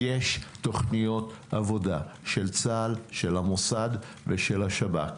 יש תכניות עבודה של צה"ל, של המוסד ושל השב"כ.